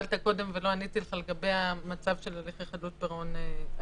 שאלת קודם ולא עניתי לך לגבי המצב של הליכי חדלות פירעון היום,